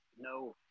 no